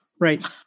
right